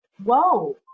whoa